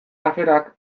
aferak